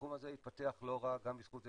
התחום הזה התפתח לא רע גם בזכות זה